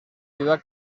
ciudad